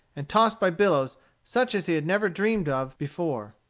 and tossed by billows such as he had never dreamed of before.